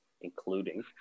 including